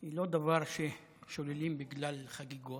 היא לא דבר ששוללים בגלל חגיגות,